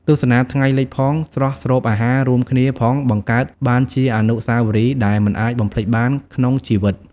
ទស្សនាថ្ងៃលិចផង ស្រស់ស្រូបអាហាររួមគ្នាផងបង្កើតបានជាអនុស្សាវរីយ៍ដែលមិនអាចបំភ្លេចបានក្នុងជីវិត។